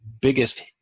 biggest